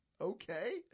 Okay